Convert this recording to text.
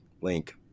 Link